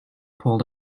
pulled